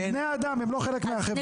הם בני אדם, הם לא חלק מהחברה.